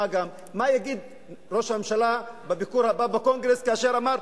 אני לא יודע למה חברי הליכוד מזדעקים כאשר מזכירים